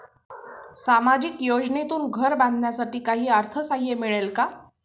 सामाजिक योजनेतून घर बांधण्यासाठी काही अर्थसहाय्य मिळेल का?